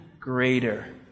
greater